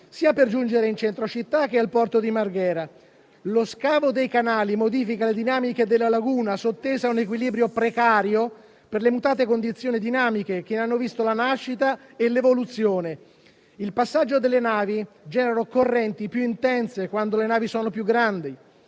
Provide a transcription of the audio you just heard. per giungere sia in centro città, sia al porto di Marghera. Lo scavo dei canali modifica le dinamiche della laguna, sottesa di un equilibrio precario per le mutate condizioni dinamiche che ne hanno visto la nascita e l'evoluzione. Il passaggio delle navi più grandi genera correnti più intense, le quali asportano